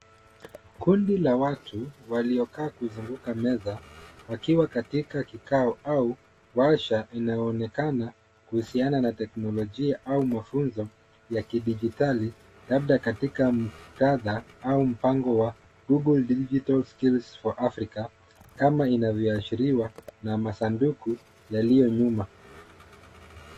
Kundi la watu waliokaa kuzunguka meza wakiwa katika kikao au warsha; inayoonekana kuhusiana na teknolojia au mafunzo ya kidijitali labda katika muktadha au mpango wa Hugo Digital Skills for Africa kama inavyoashiriwa na masanduku yaliyo nyuma.